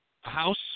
House